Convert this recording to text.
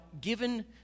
given